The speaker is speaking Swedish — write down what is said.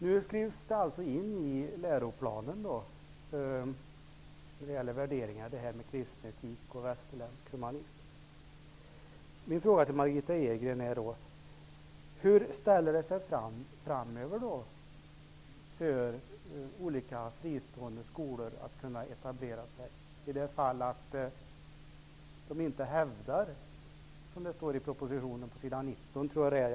Nu skrivs det in i läroplanen att kristen etik och västerländsk humanism skall utgöra en värdegrund. Min fråga till Margitta Edgren blir då: Hur kommer framöver olika fristående skolor att kunna etablera sig i det fall de inte hävdar kristen etik och västerländsk humanism? Detta står i propositionen. Jag tror att det är på s. 19.